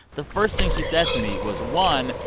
the first thing she said to me was, one,